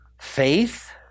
faith